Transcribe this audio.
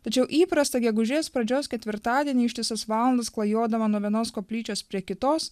tačiau įprastą gegužės pradžios ketvirtadienį ištisas valandas klajodavo nuo vienos koplyčios prie kitos